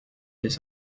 his